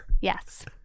Yes